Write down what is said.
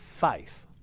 faith